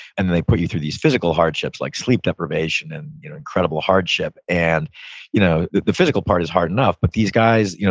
and then they put you through these physical hardships, like sleep deprivation and incredible hardship and you know the physical part is hard enough, but these guys, you know